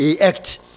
Act